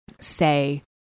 say